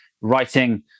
writing